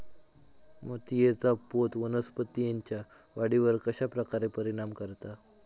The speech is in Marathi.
मातीएचा पोत वनस्पतींएच्या वाढीवर कश्या प्रकारे परिणाम करता?